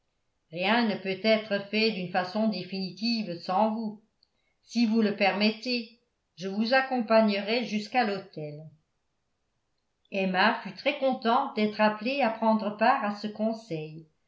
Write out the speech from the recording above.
rien ne peut être fait d'une façon définitive sans vous si vous le permettez je vous accompagnerai jusqu'à l'hôtel emma fut très contente d'être appelée à prendre part à ce conseil